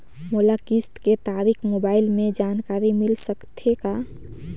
मोला किस्त के तारिक मोबाइल मे जानकारी मिल सकथे का?